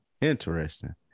Interesting